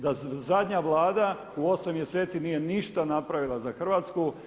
Da zadnja Vlada u osam mjeseci nije ništa napravila za Hrvatsku.